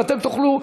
ואתם תאכלו,